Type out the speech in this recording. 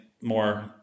more